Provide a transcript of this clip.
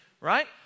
Right